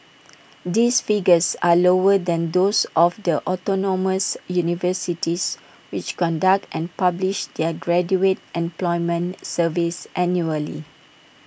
these figures are lower than those of the autonomous universities which conduct and publish their graduate employment surveys annually